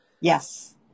Yes